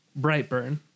*Brightburn*